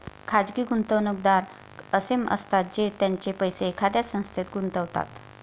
खाजगी गुंतवणूकदार असे असतात जे त्यांचे पैसे एखाद्या संस्थेत गुंतवतात